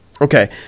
Okay